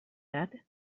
said